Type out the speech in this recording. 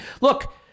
Look